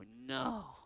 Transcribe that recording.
no